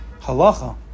Halacha